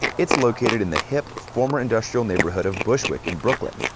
it's located in the hip former industrial neighborhood of bushwick in brooklyn.